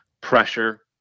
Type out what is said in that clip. pressure